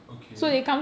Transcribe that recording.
okay